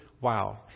wow